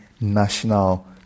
national